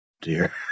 dear